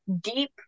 deep